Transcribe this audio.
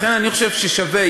לכן אני חושב שזה שווה.